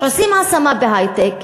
עושים השמה בהיי-טק,